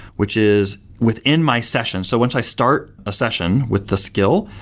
which is within my session, so once i start a session with the skill,